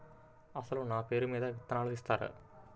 అసలు నా పేరు మీద విత్తనాలు ఇస్తారా?